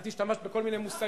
את השתמשת בכל מיני מושגים,